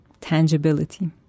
tangibility